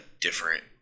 different